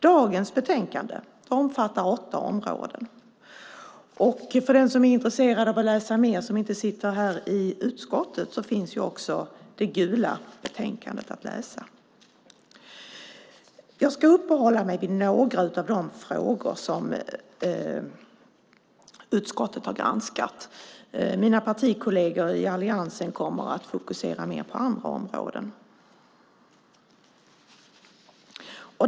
Dagens betänkande omfattar åtta områden, och för den som inte sitter i utskottet men är intresserad av att läsa mer finns det gula betänkandet att läsa. Jag ska uppehålla mig vid några av de frågor som utskottet har granskat. Mina partikolleger i alliansen kommer att fokusera mer på andra områden.